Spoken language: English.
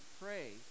pray